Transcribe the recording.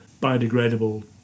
biodegradable